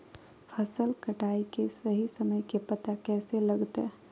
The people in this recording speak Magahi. फसल कटाई के सही समय के पता कैसे लगते?